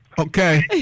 Okay